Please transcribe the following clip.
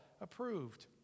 approved